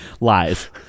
Lies